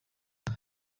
abo